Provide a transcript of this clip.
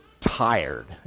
tired